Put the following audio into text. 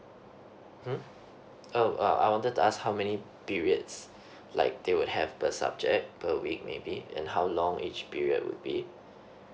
mm um I wanted to ask how many periods like they would have per subject per week maybe and how long each period would be